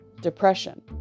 depression